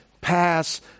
pass